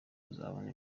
kuzabona